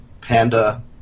Panda